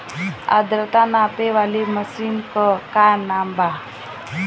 आद्रता नापे वाली मशीन क का नाव बा?